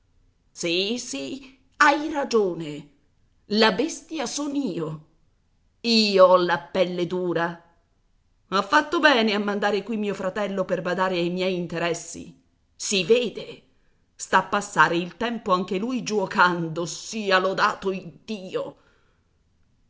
sì sì hai ragione la bestia sono io io ho la pelle dura ho fatto bene a mandare qui mio fratello per badare ai miei interessi si vede sta a passare il tempo anche lui giuocando sia lodato iddio